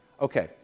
Okay